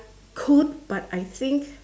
could but I think